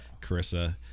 Carissa